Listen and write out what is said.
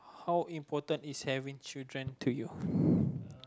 how important is having children to you